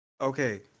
Okay